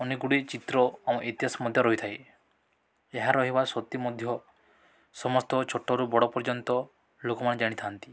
ଅନେକ ଗୁଡ଼ିଏ ଚିତ୍ର ଆମ ଇତିହାସ ମଧ୍ୟ ରହିଥାଏ ଏହା ରହିବା ସତ୍ତ୍ୱେ ମଧ୍ୟ ସମସ୍ତ ଛୋଟରୁ ବଡ଼ ପର୍ଯ୍ୟନ୍ତ ଲୋକମାନେ ଜାଣିଥାନ୍ତି